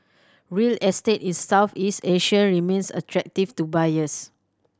real estate in Southeast Asia remains attractive to buyers